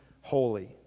holy